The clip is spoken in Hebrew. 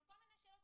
כל מיני שאלות.